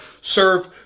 serve